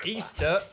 Easter